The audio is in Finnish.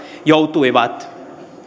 joutuivat